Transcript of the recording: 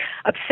upset